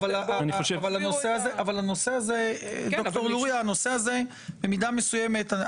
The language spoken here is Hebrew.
בנושא הזה במידה מסוימת,